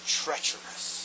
treacherous